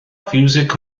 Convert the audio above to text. fiwsig